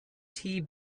tnt